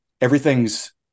everything's